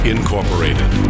Incorporated